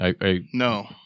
No